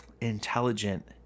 intelligent